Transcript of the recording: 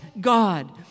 God